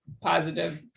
positive